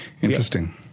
Interesting